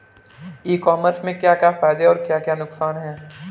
ई commerce के क्या क्या फायदे और क्या क्या नुकसान है?